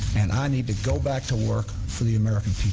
and i need to go back to work for the american